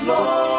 Lord